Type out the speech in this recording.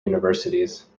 universities